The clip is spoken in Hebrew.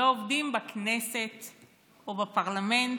ועובדים בכנסת או בפרלמנט,